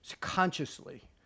consciously